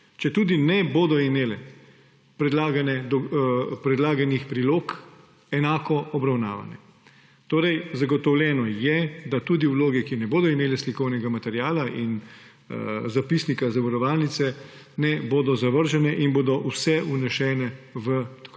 četudi ne bodo imele predlaganih prilog, enako obravnavane. Torej, zagotovljeno je, da tudi vloge, ki ne bodo imele slikovnega materiala in zapisnika zavarovalnice, ne bodo zavržene in